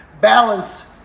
Balance